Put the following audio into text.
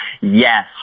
Yes